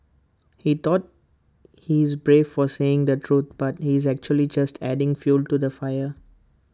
he thought he's brave for saying the truth but he's actually just adding fuel to the fire